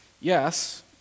Yes